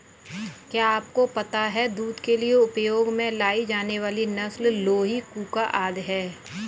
क्या आपको पता है दूध के लिए उपयोग में लाई जाने वाली नस्ल लोही, कूका आदि है?